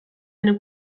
eine